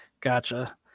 Gotcha